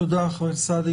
תודה, חבר הכנסת סעדי.